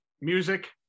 music